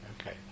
Okay